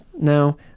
now